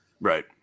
right